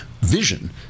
vision